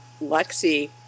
Lexi